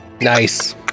Nice